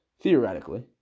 Theoretically